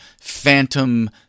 phantom